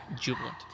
jubilant